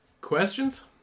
Questions